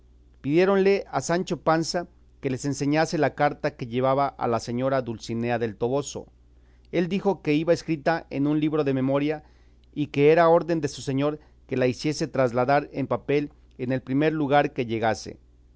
pidiéronle a sancho panza que les enseñase la carta que llevaba a la señora dulcinea del toboso él dijo que iba escrita en un libro de memoria y que era orden de su señor que la hiciese trasladar en papel en el primer lugar que llegase